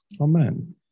amen